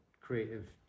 creative